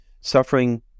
suffering